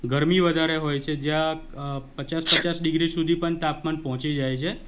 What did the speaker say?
ગરમી વધારે હોય છે જ્યાં પચાસ પચાસ ડિગ્રી સુધી પણ તાપમાન પહોંચી જાય છે